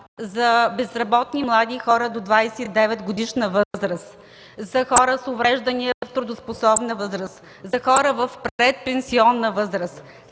за безработни млади хора до 29-годишна възраст, за хора с увреждания в трудоспособна възраст, за хора в предпенсионна възраст.